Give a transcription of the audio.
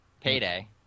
Payday